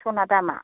स'ना दामआ